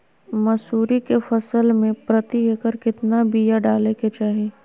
मसूरी के फसल में प्रति एकड़ केतना बिया डाले के चाही?